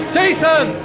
Jason